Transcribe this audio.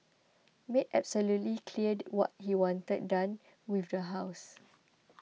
made absolutely clear what he wanted done with the house